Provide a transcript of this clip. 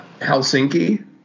Helsinki